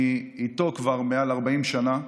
אני איתו כבר מעל 40 שנה.